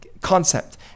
concept